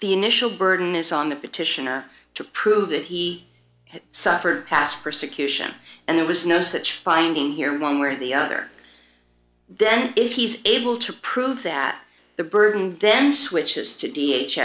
the initial burden is on the petitioner to prove that he has suffered past persecution and there was no such finding here one way or the other then if he's able to prove that the burden then switches to d h